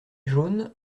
jaune